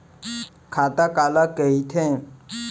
खाता काला कहिथे?